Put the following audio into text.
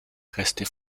reste